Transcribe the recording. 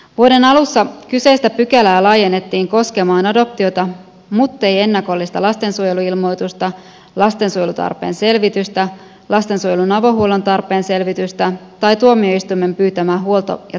vuoden alussa kyseistä pykälää laajennettiin koskemaan adoptiota muttei ennakollista lastensuojeluilmoitusta lastensuojelutarpeen selvitystä lastensuojelun avohuollon tarpeen selvitystä tai tuomioistuimen pyytämää huolto ja tapaamisselvitystä